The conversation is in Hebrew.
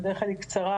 בדרך כלל היא קצרה.